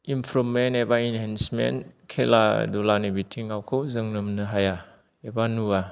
improvement एबा enhancement खेला दुलानि बिथिङावखौ जों मोननो हाया एबा नुवा